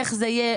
איך זה יהיה?